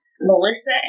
Melissa